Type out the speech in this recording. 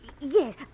Yes